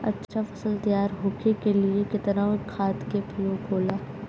अच्छा फसल तैयार होके के लिए कितना खाद के प्रयोग होला?